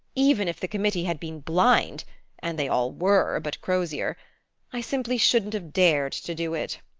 even if the committee had been blind and they all were but crozier i simply shouldn't have dared to do it.